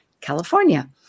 California